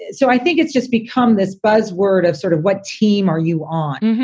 so i think it's just become this buzz word of sort of what team are you on?